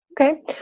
Okay